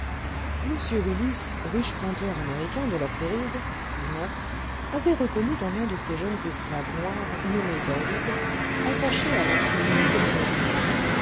m willis riche planteur américain de la floride dit murph avait reconnu dans l'un de ses jeunes esclaves noirs nommé david attaché à l'infirmerie de son habitation